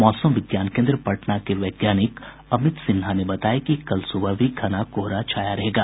मौसम विज्ञान केन्द्र पटना के वैज्ञानिक अमित सिन्हा ने बताया कि कल सुबह भी घना कोहरा छाया रहेगा